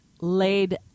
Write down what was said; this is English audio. laid